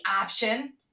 option